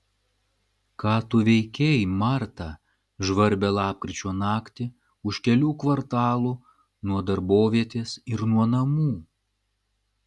ką tu veikei marta žvarbią lapkričio naktį už kelių kvartalų nuo darbovietės ir nuo namų